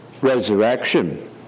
resurrection